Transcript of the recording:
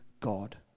God